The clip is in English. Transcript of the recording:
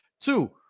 Two